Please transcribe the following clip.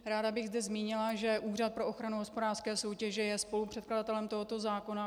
Ráda bych zde zmínila, že Úřad pro ochranu hospodářské soutěže je spolupředkladatelem tohoto zákona.